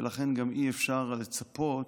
ולכן גם אי-אפשר לצפות